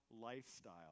lifestyle